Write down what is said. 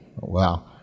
Wow